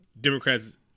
Democrats